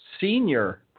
senior